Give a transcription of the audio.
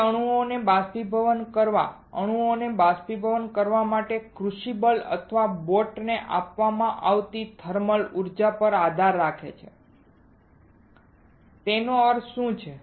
તે અણુઓને બાષ્પીભવન કરવા અણુઓને બાષ્પીભવન કરવા માટે ક્રુસિબલ અથવા બોટ ને આપવામાં આવતી થર્મલ ઉર્જા પર આધાર રાખે છે તેનો અર્થ શું છે